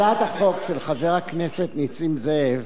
הצעת החוק של חבר הכנסת נסים זאב